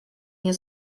nie